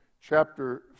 chapter